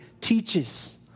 teaches